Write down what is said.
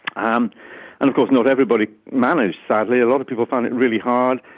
um and of course not everybody managed, sadly, a lot of people found it really hard.